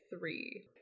three